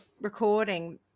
recording